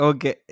Okay